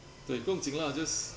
对不用紧 lah just